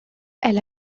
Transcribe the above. elle